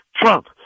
Trump